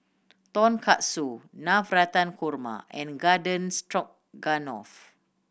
Tonkatsu Navratan Korma and Garden Stroganoff